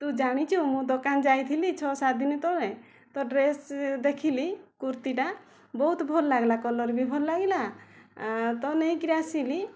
ତୁ ଜାଣିଛୁ ମୁଁ ଦୋକାନ ଯାଇଥିଲି ଛଅ ସାତ ଦିନ ତଳେ ତ ଡ୍ରେସ୍ ଦେଖିଲି କୁର୍ତ୍ତୀଟା ବହୁତ ଭଲ ଲାଗିଲା କଲର୍ ବି ଭଲ ଲାଗିଲା ତ ନେଇକରି ଆସିଲି